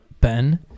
Ben